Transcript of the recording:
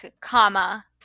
comma